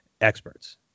experts